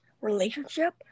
relationship